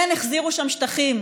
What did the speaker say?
כן החזירו שם שטחים,